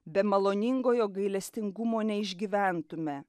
be maloningojo gailestingumo neišgyventume